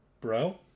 Bro